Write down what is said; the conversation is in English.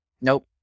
Nope